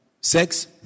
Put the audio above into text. Sex